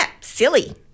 silly